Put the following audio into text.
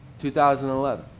2011